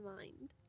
mind